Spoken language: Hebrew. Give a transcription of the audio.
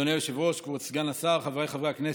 אדוני היושב-ראש, כבוד סגן השר, חבריי חברי הכנסת,